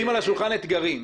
שים על השולחן את האתגרים.